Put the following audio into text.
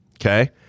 Okay